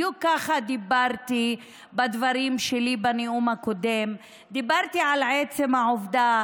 בדיוק ככה דיברתי בדברים שלי בנאום הקודם דיברתי על עצם העובדה